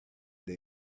they